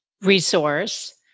resource